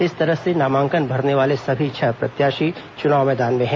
इस तरह से नामांकन भरने वाले सभी छह प्रत्याशी चुनाव मैदान में हैं